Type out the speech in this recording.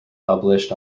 published